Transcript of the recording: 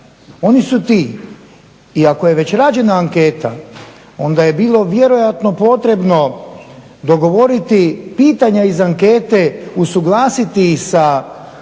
oni su ti. I ako je već rađena anketa onda je bilo vjerojatno potrebno dogovoriti pitanja iz ankete, usuglasiti ih